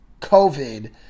COVID